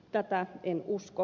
tätä en usko